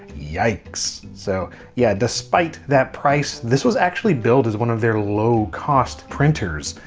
yikes. so yeah despite that price this was actually billed as one of their low-cost printers.